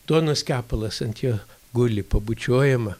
duonos kepalas ant jo guli pabučiuojama